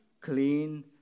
clean